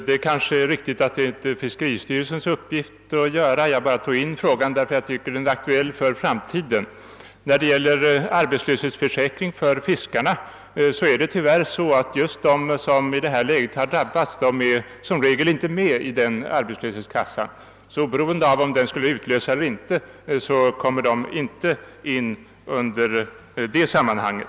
Herr talman! Det är kanske inte fiskeristyrelsens uppgift att göra detta. Jag tog upp frågan därför att jag tycker den är aktuell för framtiden. När det gäller arbetslöshetsförsäkring för fiskarna förhåller det sig tyvärr så, att just de, som i detta läge har drabbats, som regel inte är med i arbetslöshetskassan. Oberoende av om denna kan utnyttjas eller inte, kommer de alltså inte in i detta sammanhang.